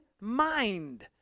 mind